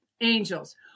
angels